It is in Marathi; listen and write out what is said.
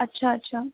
अच्छा अच्छा